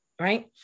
right